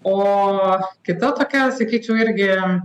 o kita tokia sakyčiau irgi